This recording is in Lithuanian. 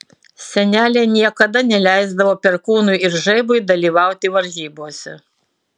senelė niekada neleisdavo perkūnui ir žaibui dalyvauti varžybose